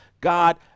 God